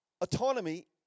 Autonomy